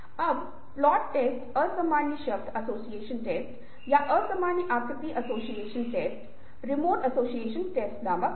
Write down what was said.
अब plot test असामान्य शब्द एसोसिएशन टेस्ट या असामान्य आकृति association test remote association test थे